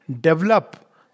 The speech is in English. develop